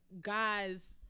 guys